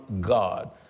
God